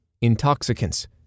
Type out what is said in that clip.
intoxicants